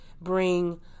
bring